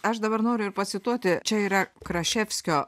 aš dabar noriu ir pacituoti čia yra kraševskio